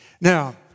Now